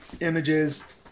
images